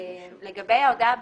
לגבי ההודעה בכתב,